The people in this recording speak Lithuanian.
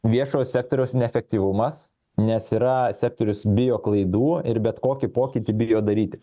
viešo sektoriaus neefektyvumas nes yra sektorius bijo klaidų ir bet kokį pokytį bijo daryti